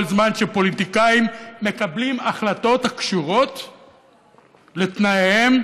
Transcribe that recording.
כל זמן שפוליטיקאים מקבלים החלטות הקשורות לתנאיהם,